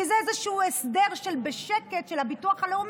כי זה איזשהו הסדר בשקט של הביטוח הלאומי,